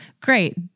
great